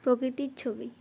প্রকৃতির ছবি